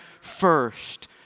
first